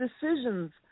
decisions